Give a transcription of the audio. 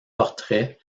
portraits